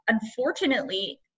unfortunately